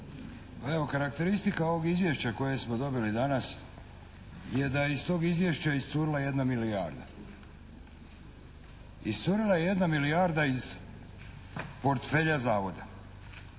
karakteristika ovog izvješća koje smo dobili danas je da je iz tog izvješća iscurila jedna milijarda. Iscurila je jedna milijarda iz portfelja Zavoda,